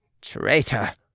Traitor